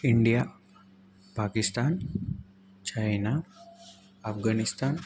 India Pakistan China Afghanistan